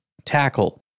tackle